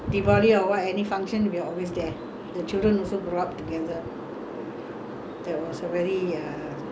that was a very uh different life lah those days my husband family very small family only one sister one brother